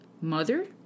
Mother